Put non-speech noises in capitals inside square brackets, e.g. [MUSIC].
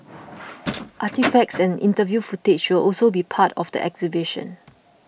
[NOISE] artefacts and interview footage will also be part of the exhibition